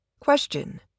Question